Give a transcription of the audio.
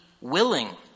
willing